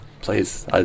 please